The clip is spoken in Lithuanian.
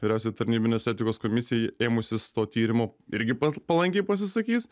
vyriausiai tarnybinės etikos komisijai ėmusis to tyrimo irgi palankiai pasisakys